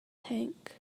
tank